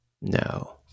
No